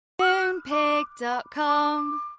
Moonpig.com